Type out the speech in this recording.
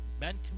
Men